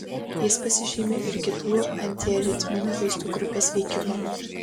jis pasižymi ir kitų antiaritminių vaistų grupės veikimu